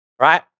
right